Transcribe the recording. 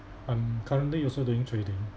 I'm currently also doing trading